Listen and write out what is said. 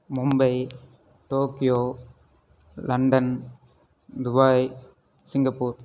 Mumbai Tokyo London Dubai Singapore